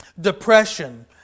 Depression